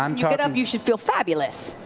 um you get up you should feel fabulous.